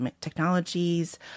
technologies